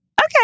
Okay